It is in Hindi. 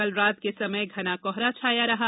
कल रात के समय घना कोहरा छाया रहा